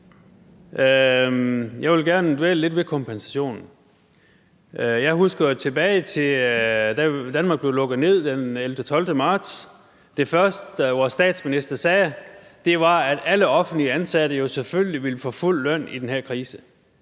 Jeg vil gerne dvæle lidt ved kompensationen. Jeg husker jo tilbage til, da Danmark blev lukket ned den 11-12. marts, og det første, vores statsminister sagde, var, at alle offentligt ansatte jo selvfølgelig ville få fuld løn i den her krise.